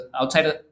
outside